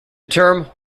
term